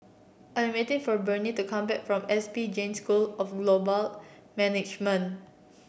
I'm waiting for Bernie to come back from S P Jain School of Global Management